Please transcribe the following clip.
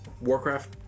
WarCraft